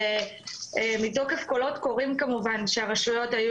זה מתוקף 'קולות קוראים' כמובן שהרשויות היו